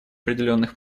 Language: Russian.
определенных